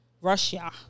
Russia